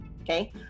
Okay